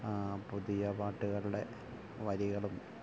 പുതിയ പാട്ടുകളുടെ വരികളും